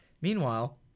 Meanwhile